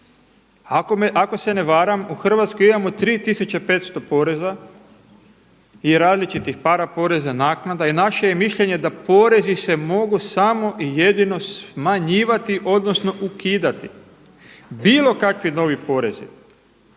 Ako se ne varam u Hrvatskoj imamo 3 tisuće 500 poreza i različitih paraporeza, naknada i naše je mišljenje da porezi se mogu samo i jedino smanjivati odnosno ukidati. Bilo kakvi novi porezi